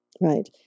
Right